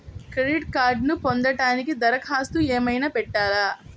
Credit కార్డ్ను పొందటానికి దరఖాస్తు ఏమయినా పెట్టాలా?